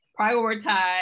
prioritize